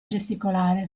gesticolare